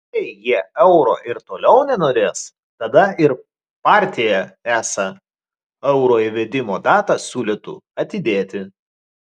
jei jie euro ir toliau nenorės tada ir partija esą euro įvedimo datą siūlytų atidėti